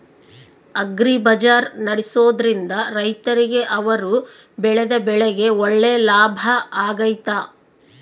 Agri ಬಜಾರ್ ನಡೆಸ್ದೊರಿಂದ ರೈತರಿಗೆ ಅವರು ಬೆಳೆದ ಬೆಳೆಗೆ ಒಳ್ಳೆ ಲಾಭ ಆಗ್ತೈತಾ?